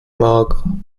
mager